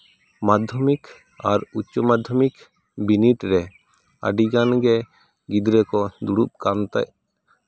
ᱢᱟᱫᱽᱫᱷᱚᱢᱤᱠ ᱟᱨ ᱩᱪᱪᱚ ᱢᱟᱫᱽᱫᱷᱚᱢᱤᱠ ᱵᱤᱱᱤᱰ ᱨᱮ ᱟᱹᱰᱤ ᱜᱟᱱ ᱜᱮ ᱜᱤᱫᱽᱨᱟᱹ ᱠᱚ ᱫᱩᱲᱩᱵ ᱠᱟᱱᱛᱮ